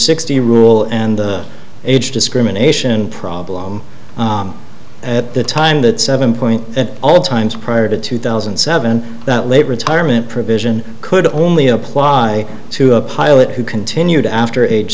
sixty rule and the age discrimination problem at the time that seven point at all times prior to two thousand and seven that late retirement provision could only apply to a pilot who continued after age